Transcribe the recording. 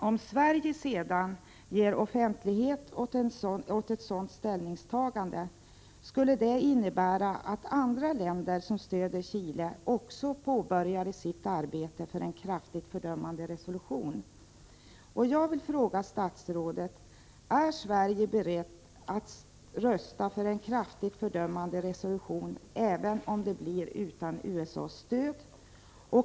Om Sverige sedan ger offentlighet åt ett sådant ställningstagande, skulle det innebära att andra länder som stöder Chile också började arbeta för en kraftigt fördömande resolution. Jag vill fråga statsrådet: Är Sverige berett att rösta för en kraftigt fördömande resolution även om det skulle bli utan USA:s stöd?